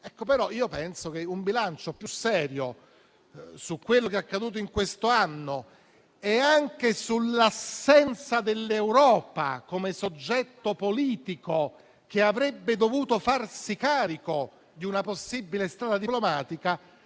però che un bilancio più serio su quello che è accaduto in questo anno e anche sull'assenza dell'Europa come soggetto politico che avrebbe dovuto farsi carico di una possibile strada diplomatica